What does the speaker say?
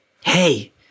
hey